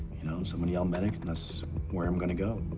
you know, someone yelled medic. and that's where i'm gonna go.